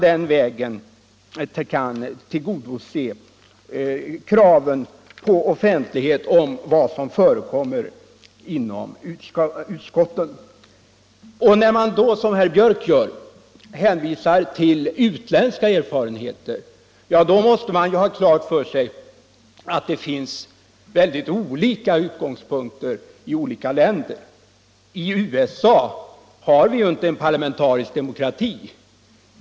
Den vägen kan man tillgodose kravet på offentlighet om vad som förekommer inom utskotten. När man, som herr Björck gör, hänvisar till utländska erfarenheter, måste man ha klart för sig att det finns väldigt olika utgångspunkter i olika länder. USA har inte en parlamentarisk de 45 mokrati.